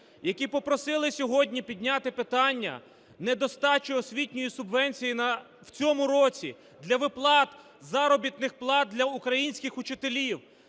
які попросили сьогодні підняти питання недостачі освітньої субвенції в цьому році для виплат заробітних плат для українських вчителів.